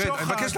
תרד.